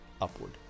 upward